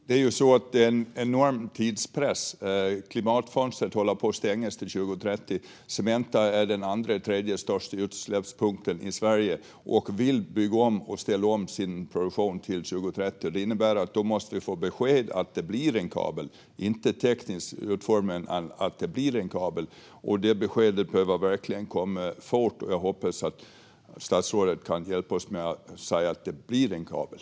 Fru talman! Det är en enorm tidspress. Klimatfönstret håller på att stängas till 2030. Cementa är den andra eller tredje största utsläppspunkten i Sverige, och de vill bygga om och ställa om sin produktion till 2030. Det innebär att vi måste få besked om att det blir en kabel - inte om den tekniska utformningen utan om att det blir en kabel. Det beskedet behöver verkligen komma fort, och jag hoppas att statsrådet kan hjälpa oss genom att säga att det blir en kabel.